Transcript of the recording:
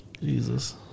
Jesus